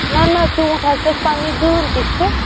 نہَ نہَ ژوٗنٛٹھۍ حظ چھِ اَسہِ پَنٕنی دٲن کِتھۍ چھِ